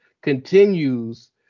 continues